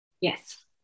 Yes